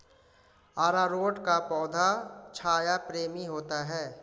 अरारोट का पौधा छाया प्रेमी होता है